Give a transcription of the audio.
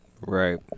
Right